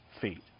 feet